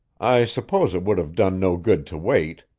i suppose it would have done no good to wait.